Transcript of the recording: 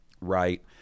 right